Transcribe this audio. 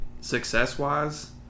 success-wise